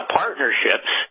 partnerships